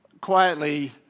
quietly